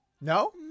No